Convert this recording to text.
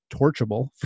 torchable